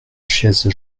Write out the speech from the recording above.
chaises